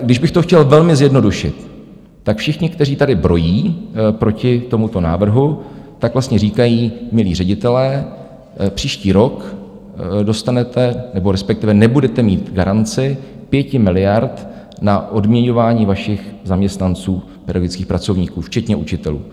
Když bych to chtěl velmi zjednodušit, všichni, kteří tady brojí proti tomuto návrhu, tak vlastně říkají: Milí ředitelé, příští rok dostanete, nebo respektive nebudete mít garanci 5 miliard na odměňování vašich zaměstnanců pedagogických pracovníků včetně učitelů.